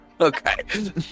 Okay